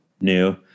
new